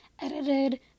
edited